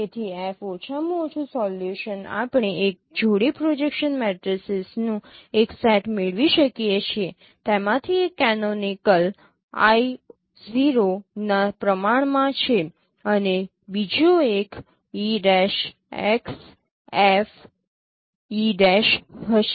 તેથી F ઓછામાં ઓછું સોલ્યુશન આપણે એક જોડી પ્રોજેક્શન મેટ્રિસિસનું એક સેટ મેળવી શકીએ છીએ તેમાંથી એક કેનોનીકલ I|0 ના પ્રમાણમાં છે અને બીજો એક હશે